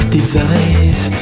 device